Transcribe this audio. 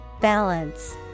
Balance